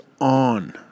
on